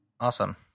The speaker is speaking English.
awesome